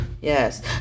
yes